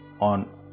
on